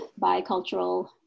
bicultural